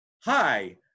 hi